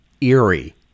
eerie